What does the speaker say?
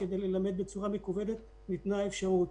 כדי ללמד בצורה מקוונת - ניתנה האפשרות.